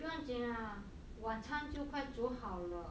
不用紧啊晚餐就快煮好了